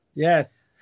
Yes